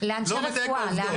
לא מדייק בעובדות.